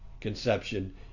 conception